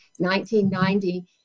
1990